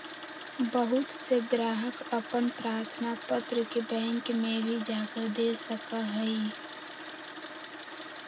बहुत से ग्राहक अपन प्रार्थना पत्र के बैंक में भी जाकर दे सका हई